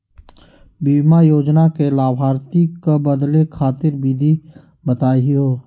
बीमा योजना के लाभार्थी क बदले खातिर विधि बताही हो?